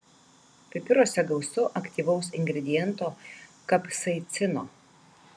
pipiruose gausu aktyvaus ingrediento kapsaicino